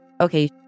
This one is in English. Okay